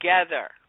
together